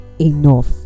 enough